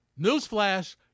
newsflash